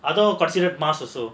other considered must also